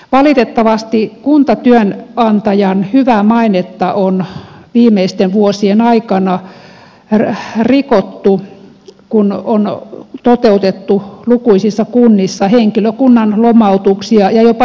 valitettavasti kuntatyönantajan hyvää mainetta on viimeisten vuosien aikana rikottu kun on toteutettu lukuisissa kunnissa henkilökunnan lomautuksia ja jopa irtisanomisia